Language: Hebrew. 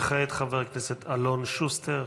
וכעת חבר הכנסת אלון שוסטר.